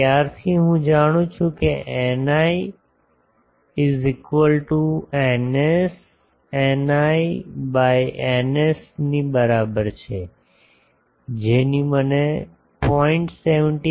ત્યારથી હું જાણું છું કે ηi is equal to ηs ηi by ηs ની બરાબર છે જેની મને 0